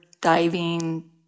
diving